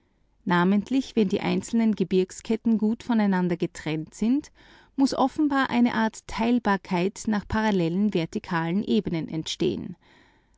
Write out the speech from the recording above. namentlich wenn die einzelnen gebirgsketten gut voneinander getrennt sind muß offenbar eine art teilbarkeit nach parallelen vertikalen ebenen entstehen